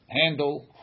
handle